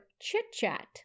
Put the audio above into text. chit-chat